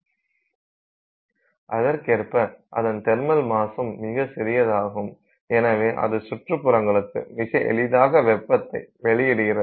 அதற்கேற்ப அதன் தெர்மல் மாஸும் மிகச் சிறியதாகும் எனவே அது சுற்றுப்புறங்களுக்கு மிக எளிதாக வெப்பத்தை வெளியிடுகிறது